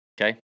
Okay